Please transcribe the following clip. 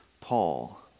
Paul